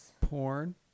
Porn